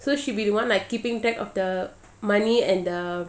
so she will be the one like keeping track of the money and the